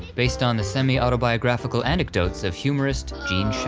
based on the semi-autobiographical anecdotes of humorist jean